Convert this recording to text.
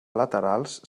laterals